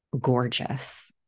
gorgeous